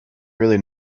really